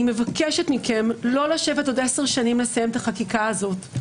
אני מבקשת מכם לא לשבת עוד עשר שנים לסיים את החקיקה הזאת.